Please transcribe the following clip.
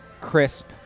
crisp